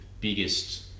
biggest